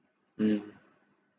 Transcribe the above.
mm